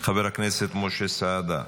חבר הכנסת משה סעדה,